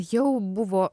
jau buvo